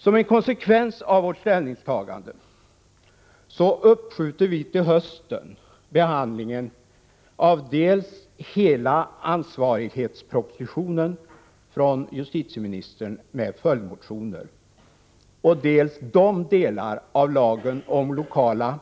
Som en konsekvens av vårt ställningstagande uppskjuter vi till hösten behandlingen av dels hela ansvarighetspropositionen från justitieministern med följdmotioner, dels de delar av lagen om lokala